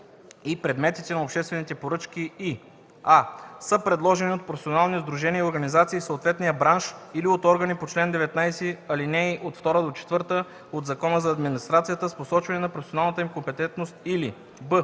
предметите на обществените поръчки, и: а) са предложени от професионални сдружения и организации в съответния бранш или от органи по чл. 19, ал. 2-4 от Закона за администрацията, с посочване на професионалната им компетентност, или б)